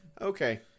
okay